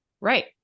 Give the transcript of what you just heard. Right